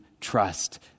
trust